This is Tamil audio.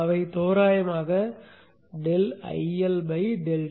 அவை தோராயமாக ∆IL ∆T